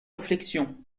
réflexion